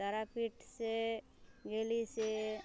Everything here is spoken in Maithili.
तारापीठसँ गेली से